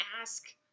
ask